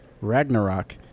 Ragnarok